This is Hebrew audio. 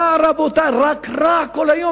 רע, רבותי, רק רע כל היום.